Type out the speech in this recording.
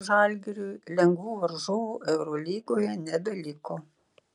žalgiriui lengvų varžovų eurolygoje nebeliko